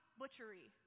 butchery